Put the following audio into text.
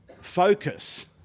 focus